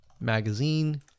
magazine